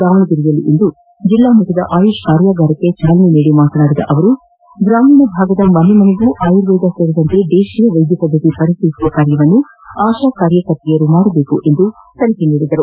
ದಾವಣಗೆರೆಯಲ್ಲಿಂದು ಜಲ್ಲಾ ಮಟ್ಟದ ಆಯುಷ್ ಕಾರ್ಯಾಗಾರಕ್ಕೆ ಚಾಲನೆ ನೀಡಿ ಮಾತನಾಡಿದ ಅವರು ಗ್ರಾಮೀಣ ಭಾಗದ ಮನೆ ಮನೆಗೂ ಆಯುರ್ವೇದ ಸೇರಿದಂತೆ ದೇತಿಯ ವೈದ್ಯ ಪದ್ಧತಿ ಪರಿಚಯಿಸುವ ಕಾರ್ಯವನ್ನು ಆಶಾ ಕಾರ್ಯಕರ್ತೆಯರು ಮಾಡಬೇಕು ಎಂದು ಸಲಹೆ ನೀಡಿದರು